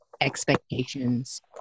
expectations